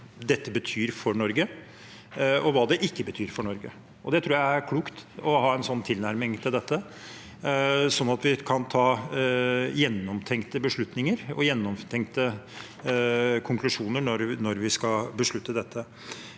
spørretime 325 og hva det ikke betyr for Norge. Jeg tror det er klokt å ha en sånn tilnærming til det, sånn at vi kan ta gjennomtenkte beslutninger og ha gjennomtenkte konklusjoner når vi skal beslutte det.